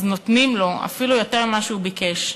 נותנים לו אפילו יותר ממה שהוא ביקש,